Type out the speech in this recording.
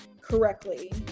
correctly